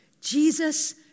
Jesus